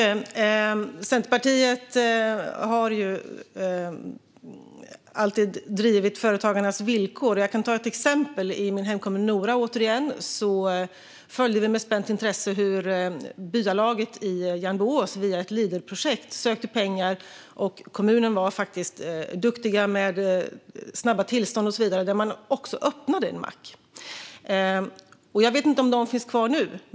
Fru talman! Centerpartiet har alltid drivit företagarnas villkor. Jag kan ta ett exempel. I min hemkommun Nora följde vi med spänt intresse hur byalaget i Järnboås sökte pengar via ett Leaderprojekt. Kommunen var faktiskt duktig med snabba tillstånd och så vidare, och det öppnades faktiskt en mack. Jag vet inte om den finns kvar.